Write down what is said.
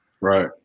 Right